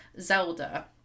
zelda